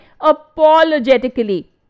apologetically